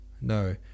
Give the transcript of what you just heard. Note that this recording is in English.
No